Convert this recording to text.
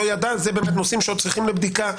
לא ידע זה באמת נושאים שעוד צריכים לבדיקה.